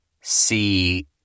see